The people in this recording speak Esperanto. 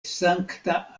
sankta